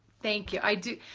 thank you. i do.